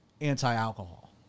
anti-alcohol